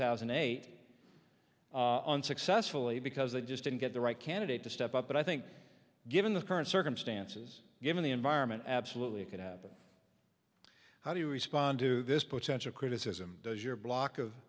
thousand and eight unsuccessfully because they just didn't get the right candidate to step up but i think given the current circumstances given the environment absolutely it could have been how do you respond to this potential criticism does your block of